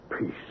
peace